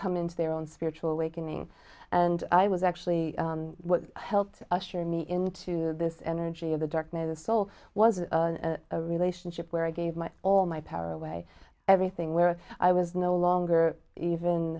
come into their own spiritual awakening and i was actually what helped usher me into this energy of the darkness of the soul was a relationship where i gave my all my power away everything where i was no longer even